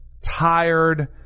tired –